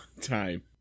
time